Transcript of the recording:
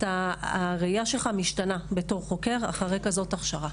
הראייה שלך משתנה בתור חוקר אחרי כזאת הכשרה.